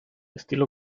estilo